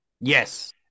yes